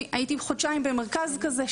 אני הייתי במשך חודשיים במרכז כזה,